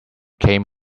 came